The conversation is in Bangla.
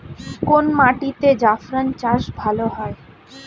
কোন মাটিতে জাফরান চাষ ভালো হয়?